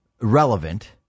relevant